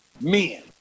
men